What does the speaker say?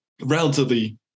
relatively